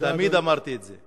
תמיד אמרתי את זה.